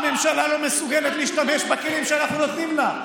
הממשלה לא מסוגלת להשתמש בכלים שאנחנו נותנים לה.